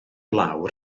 lawr